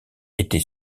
était